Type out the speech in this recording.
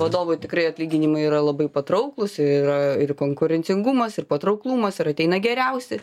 vadovui tikrai atlyginimai yra labai patrauklūs yra ir konkurencingumas ir patrauklumas ir ateina geriausi